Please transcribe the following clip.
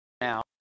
Now